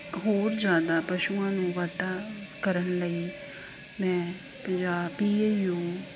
ਹੋਰ ਜ਼ਿਆਦਾ ਪਸ਼ੂਆਂ ਨੂੰ ਵਾਧਾ ਕਰਨ ਲਈ ਮੈਂ ਪੰਜਾਬ ਪੀ ਏ ਯੂ